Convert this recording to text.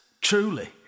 truly